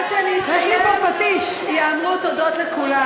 עד שאני אסיים, ייאמרו תודות לכולם.